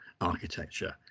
architecture